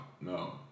no